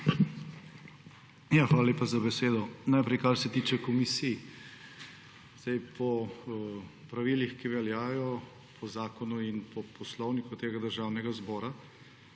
Hvala lepa za besedo. Najprej kar se tiče komisij. Po pravilih, ki veljajo, po zakonu in po poslovniku tega državnega zbora